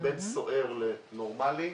בין סוער לנורמלי,